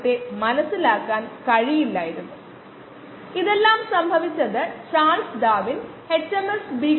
ഇത് പരിഹരിക്കാൻ നമുക്ക് അവസരം ലഭിക്കുമായിരുന്നുവെന്ന് ഞാൻ പ്രതീക്ഷിക്കുന്നു